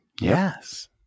yes